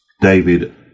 David